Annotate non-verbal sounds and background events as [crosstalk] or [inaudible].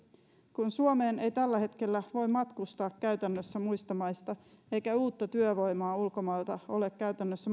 kun suomeen ei tällä hetkellä voi matkustaa käytännössä muista maista eikä uutta työvoimaa ulkomailta ole käytännössä [unintelligible]